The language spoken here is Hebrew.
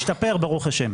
משתפר, ברוך השם.